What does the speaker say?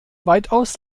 weitaus